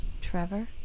Trevor